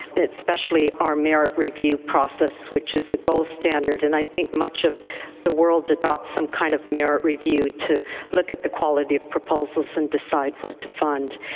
especially our merit review process which is a gold standard. and i think much of the world adopts some kind of merit review to look at the quality of proposals and decide what to fund.